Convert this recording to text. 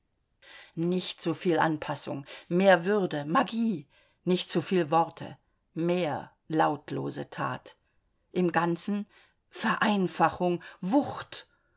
nicht soviel anpassung mehr würde magie nicht soviel worte mehr lautlose tat im ganzen vereinfachung wucht